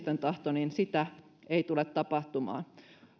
enemmistön tahtoa niin harvemmin sitä tulee tapahtumaan